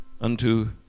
unto